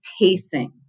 pacing